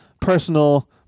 personal